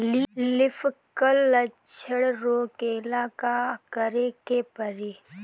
Leaf curl लक्षण रोकेला का करे के परी?